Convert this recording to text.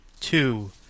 two